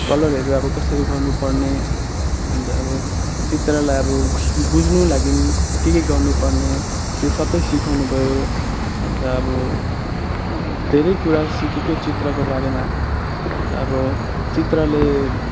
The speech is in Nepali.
कलरहरू अब कसरी गर्नुपर्ने अन्त अब चित्रलाई अब बुझ्नु लागि के के गर्नुपर्ने त्यो सबै सिकाउनु भयो अन्त अब धेरै कुरा सिकेको चित्रको बारेमा अन्त अब चित्रले